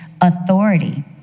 authority